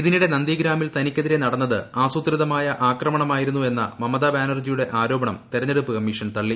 ഇതിനിടെ നന്ദിഗ്രാമിൽ തനിക്കെതിരെ നടന്നത് ആസൂത്രിതമായ ആക്രമണമായിരുന്നു എന്ന മമത ബാനർജിയുടെ ആരോപണം തെരഞ്ഞെടുപ്പ് കമ്മീഷൻ തള്ളി